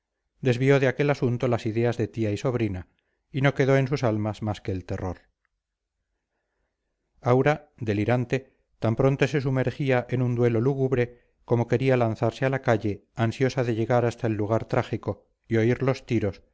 desvió de aquel asunto las ideas de tía y sobrina y no quedó en sus almas más que el terror aura delirante tan pronto se sumergía en un duelo lúgubre como quería lanzarse a la calle ansiosa de llegar hasta el lugar trágico y oír los tiros